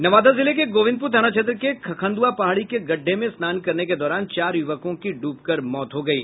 नवादा जिले के गोविंदपुर थाना क्षेत्र के खखंदुआ पहाड़ी के गड्ढ़े में स्नान करने के दौरान चार युवकों की डूबकर मौत हो गयी